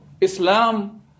Islam